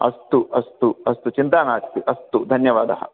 अस्तु अस्तु अस्तु चिन्ता नास्ति अस्तु धन्यवादः